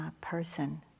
person